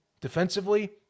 defensively